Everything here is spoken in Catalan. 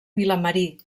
vilamarí